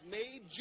made